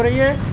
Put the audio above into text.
here